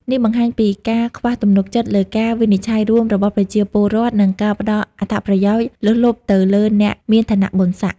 នេះបង្ហាញពីការខ្វះទំនុកចិត្តលើការវិនិច្ឆ័យរួមរបស់ប្រជាពលរដ្ឋ និងការផ្តល់អត្ថប្រយោជន៍លើសលប់ទៅលើអ្នកមានឋានៈបុណ្យសក្តិ។